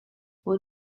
what